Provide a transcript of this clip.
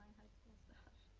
school stuff.